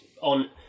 on